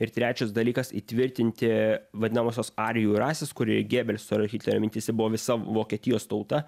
ir trečias dalykas įtvirtinti vadinamosios arijų rasės kuri gėbelso ir hitlerio mintyse buvo visa vokietijos tauta